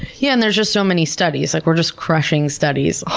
yeah. and there's just so many studies, like we're just crushing studies. oh